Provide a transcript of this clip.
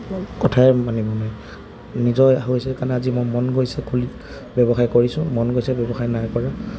কথাই মানিব নোৱাই নিজৰ হৈছে কাৰণে আজি মই মন গৈছে খুলি ব্যৱসায় কৰিছোঁ মন গৈছে ব্যৱসায় নাই কৰা